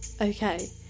Okay